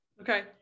Okay